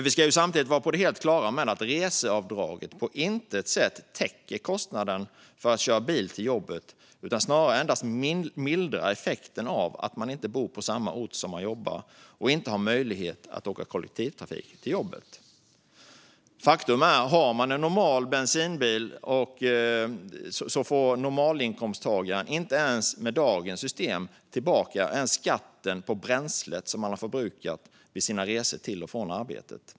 Vi ska samtidigt vara helt på det klara med att reseavdraget på intet sätt täcker kostnaden för att köra bil till jobbet utan endast mildrar effekten av att man inte bor på den ort där man jobbar och inte har möjlighet att åka med kollektivtrafik till jobbet. Faktum är att en normalinkomsttagare som har en normal bensinbil med dagens system inte ens får tillbaka skatten på bränslet man förbrukat vid sina resor till och från arbetet.